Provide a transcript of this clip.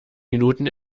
minuten